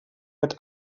mit